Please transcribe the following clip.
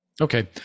Okay